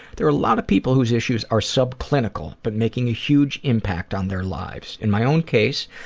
there are a lot of people whose issues are sub-clinical but making a huge impact on their lives. in my own case,